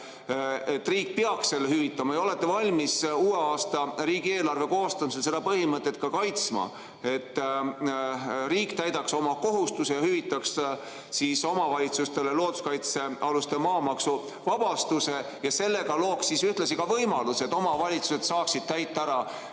et riik peaks selle hüvitama, ja olete valmis uue aasta riigieelarve koostamisel seda põhimõtet ka kaitsma, et riik täidaks oma kohustuse ja hüvitaks omavalitsustele looduskaitsealuste maade maksuvabastuse ja sellega looks ühtlasi võimaluse, et omavalitsused saaksid täita neid